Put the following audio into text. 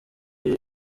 niwe